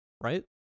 right